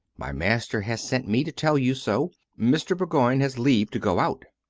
my master has sent me to tell you so mr. bourgoign has leave to go out.